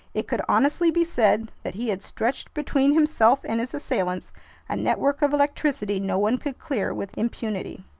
it could honestly be said that he had stretched between himself and his assailants a network of electricity no one could clear with impunity.